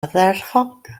ardderchog